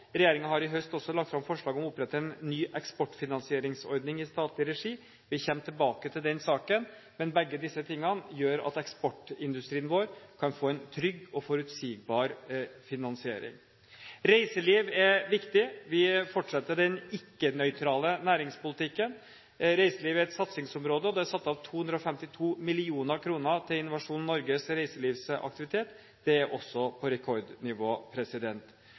har i høst også lagt fram forslag om å opprette en ny eksportfinansieringsordning i statlig regi. Vi kommer tilbake til den saken, men begge disse tingene gjør at eksportindustrien vår kan få en trygg og forutsigbar finansiering. Reiseliv er viktig. Vi fortsetter den ikke-nøytrale næringspolitikken. Reiseliv er et satsingsområde, og det er satt av 252 mill. kr til Innovasjon Norges reiselivsaktivitet. Det er også på rekordnivå.